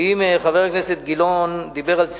ואם חבר הכנסת גילאון דיבר על צביעות,